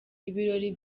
ibirori